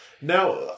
Now